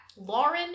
Lauren